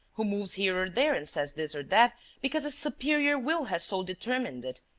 who moves here or there and says this or that because a superior will has so determined it.